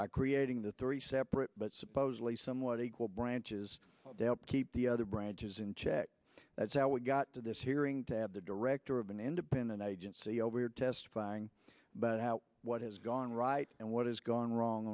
by creating the three separate but supposedly somewhat equal branches help keep the other branches in check that's how we got to this hearing to have the director of an independent agency over here testifying about how what has gone right and what has gone wrong